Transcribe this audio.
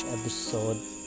episode